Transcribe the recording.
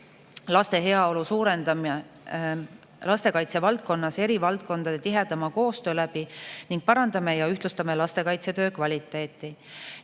laste heaolu lastekaitse valdkonnas eri valdkondade tihedama koostöö kaudu ning parandame ja ühtlustame lastekaitsetöö kvaliteeti.